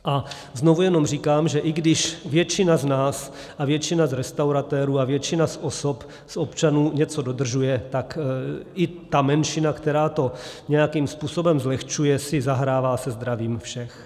A znovu jenom říkám, že i když většina z nás a většina z restauratérů a většina z osob, z občanů, něco dodržuje, tak i ta menšina, která to nějakým způsobem zlehčuje, si zahrává se zdravím všech.